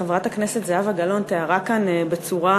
חברת הכנסת זהבה גלאון תיארה כאן בצורה